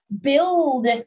build